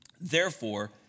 Therefore